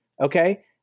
okay